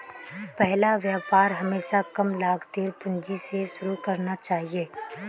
पहला व्यापार हमेशा कम लागतेर पूंजी स शुरू करना चाहिए